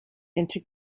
into